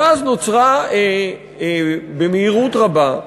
ואז נוצרה במהירות רבה,